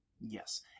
Yes